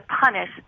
punish